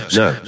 no